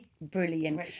Brilliant